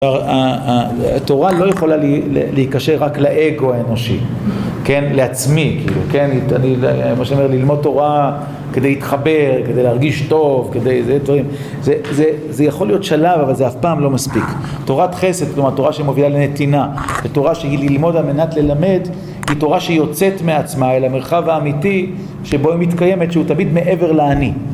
התורה לא יכולה להיקשר רק לאגו האנושי, כן לעצמי, כאילו כן כמו שאומרים ללמוד תורה כדי להתחבר, כדי להרגיש טוב, כדי... זה יכול להיות שלב אבל זה אף פעם לא מספיק, תורת חסד כלומר תורה שמובילה לנתינה, תורה שהיא ללמוד על מנת ללמד, היא תורה שיוצאת מעצמה אל המרחב האמיתי שבו היא מתקיימת שהוא תמיד מעבר לאני